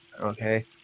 Okay